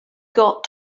got